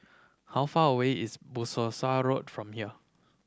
how far away is from here